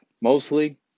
mostly